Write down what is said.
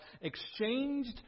exchanged